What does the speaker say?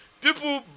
people